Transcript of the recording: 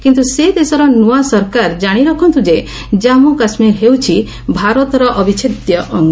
କିନ୍ତ୍ର ସେ ଦେଶର ନୂଆ ସରକାର ଜାଶି ରଖନ୍ତୁ ଯେ ଜମ୍ମୁ କାଶ୍ମୀର ହେଉଛି ଭାରତର ଅବିଚ୍ଛେଦ୍ୟ ଅଙ୍ଗ